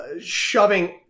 shoving